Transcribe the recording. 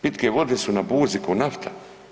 Pitke vode su na burzi ko nafta.